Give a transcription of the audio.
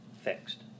fixed